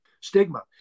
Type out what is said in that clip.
stigma